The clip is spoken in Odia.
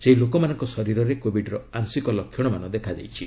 ସେହି ଲୋକମାନଙ୍କ ଶରୀରରେ କୋବିଡ୍ର ଆଂଶିକ ଲକ୍ଷଣମାନ ଦେଖାଯାଇଛି